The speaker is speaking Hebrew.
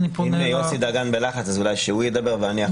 אם יוסי דגן בלחץ, אולי הוא ידבר ואני אחריו.